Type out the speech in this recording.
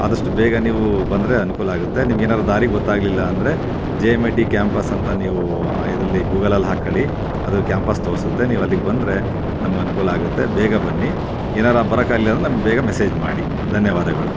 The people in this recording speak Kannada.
ಆದಷ್ಟು ಬೇಗಾ ನೀವೂ ಬಂದ್ರೆ ಅನ್ಕೂಲ ಆಗುತ್ತೆ ನಿಮ್ಗೇನಾದ್ರು ದಾರಿ ಗೊತ್ತಾಗ್ಲಿಲ್ಲ ಅಂದ್ರೆ J M I T campus ಅಂತ ನೀವು ಇದ್ರಲ್ಲಿ ಗೂಗಲಲ್ಲಿ ಹಾಕ್ಕೊಳ್ಳಿ ಅದು ಕ್ಯಾಂಪಸ್ ತೋರ್ಸುತ್ತೆ ನೀವು ಅಲ್ಲಿಗೆ ಬಂದ್ರೆ ನಮಗೆ ಅನುಕೂಲ ಆಗುತ್ತೆ ಬೇಗ ಬನ್ನಿ ಏನಾದ್ರು ಬರಲಿಕ್ಕೆ ಆಗಿಲ್ಲ ಅಂದ್ರೆ ನಮ್ಗೆ ಬೇಗ ಮೆಸೇಜ್ ಮಾಡಿ ಧನ್ಯವಾದಗಳು